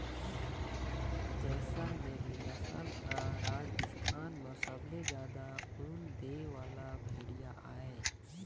जैसलमेरी नसल ह राजस्थान म सबले जादा ऊन दे वाला भेड़िया आय